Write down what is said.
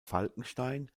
falkenstein